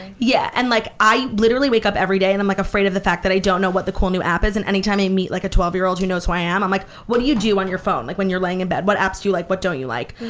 yeah and like i literally wake up everyday, and i'm like afraid of the fact that i don't know what the cool new app is. and anytime i meet like a twelve year old who knows who i am, i'm like, what do you do on your phone like when you're laying in bed? what apps do you like, what don't you like?